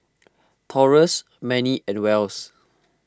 Taurus Mannie and Wells